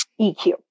eq